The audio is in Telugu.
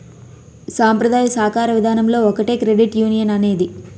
సాంప్రదాయ సాకార విధానంలో ఒకటే క్రెడిట్ యునియన్ అనేది